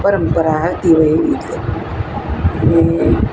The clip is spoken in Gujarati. પરંપરા ચાલતી હોય એ રીતે ને